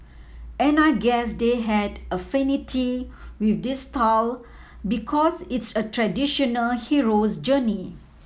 and I guess they had an affinity with this style because it's a traditional hero's journey